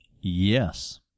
yes